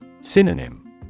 Synonym